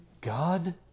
God